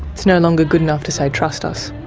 it's no longer good enough to say trust us?